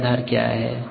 क्रियाधार क्या हैं